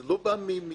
זה לא בא מגלדאות,